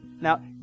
Now